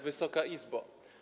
Wysoka Izbo!